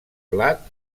blat